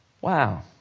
Wow